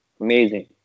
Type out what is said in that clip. Amazing